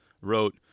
wrote